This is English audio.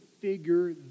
figure